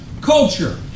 culture